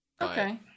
Okay